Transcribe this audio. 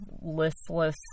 listless